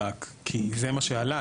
כי זה מה שעלה,